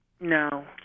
No